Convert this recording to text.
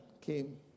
came